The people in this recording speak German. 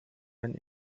wenn